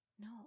No